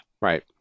Right